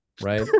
right